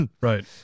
right